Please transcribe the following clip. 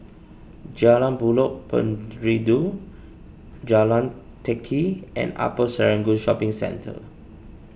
Jalan Buloh Perindu Jalan Teck Kee and Upper Serangoon Shopping Centre